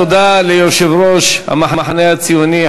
תודה ליושב-ראש המחנה הציוני,